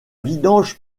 vidange